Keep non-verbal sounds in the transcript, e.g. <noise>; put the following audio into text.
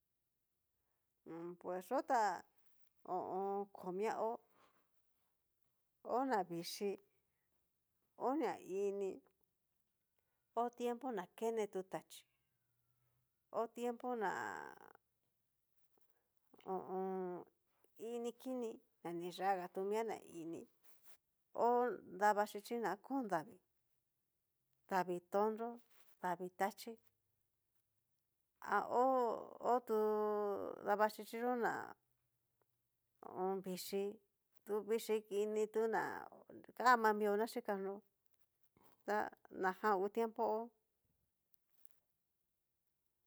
<hesitation> pus yo tá komia hó, ho na ini, ho na vixhii, o tiempo na kene tu tachí, ho tiempo na ho o on. ini kini na ni yága tu mia ná ini, ho davaxhichi na kón davii, davii tonro, davii tachi a ho otu davaxhichi yó tu ná, ho o on, vixhii tu vixhi kini tu ná kama mió na xhikanó ta najan ngu tiempo.